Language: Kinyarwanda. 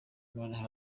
noneho